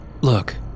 Look